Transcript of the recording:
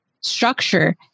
structure